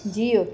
जीउ